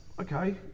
Okay